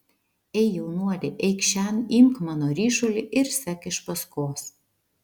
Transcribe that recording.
ei jaunuoli eikš šen imk mano ryšulį ir sek iš paskos